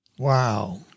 Wow